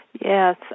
Yes